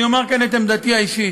אני אומר כאן את עמדתי האישית: